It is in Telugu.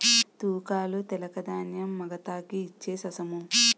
తూకాలు తెలక ధాన్యం మగతాకి ఇచ్ఛేససము